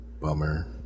Bummer